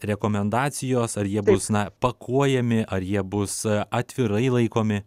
rekomendacijos ar jie bus na pakuojami ar jie bus atvirai laikomi